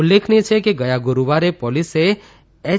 ઉલ્લેખનીય છે કે ગયા ગુરૂવારે પોલીસે એચ